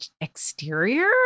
exterior